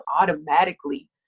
automatically